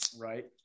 right